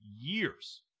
years